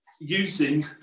using